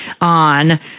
on